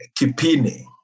Kipini